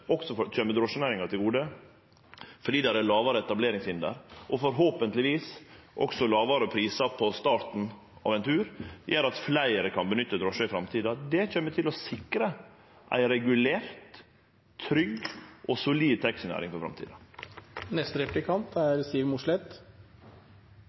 også kjem drosjenæringa til gode fordi det er lågare etableringshinder og forhåpentleg lågare pris på starten av ein tur – gjer at fleire kan nytte drosje i framtida. Det kjem til å sikre ei regulert, trygg og solid taxinæring for